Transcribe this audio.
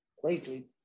greatly